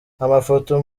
amafoto